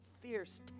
fierce